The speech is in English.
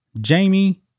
Jamie